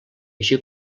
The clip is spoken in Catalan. així